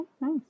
nice